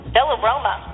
Bellaroma